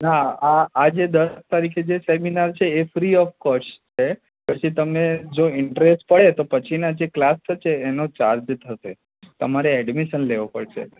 ના આ આજે દસ તારીખે જે સેમિનાર છે એ ફ્રી ઓફ કોસ્ટ છે પછી તમે જો ઇન્ટરેસ્ટ પડે પછી ના જે ક્લાસ થશે એનો ચાર્જ થશે તમારે એડમિશન લેવું પડશે